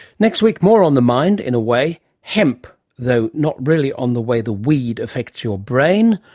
next week more on the mind, in a way hemp, though not really on the way the weed affects your brain,